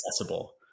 accessible